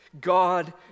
God